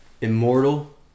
immortal